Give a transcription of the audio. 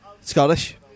Scottish